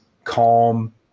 calm